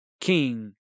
king